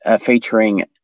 featuring